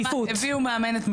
תביאו ותשקיעו דווקא בספורט